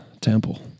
temple